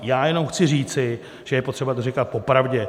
Já jenom chci říci, že je potřeba to říkat popravdě.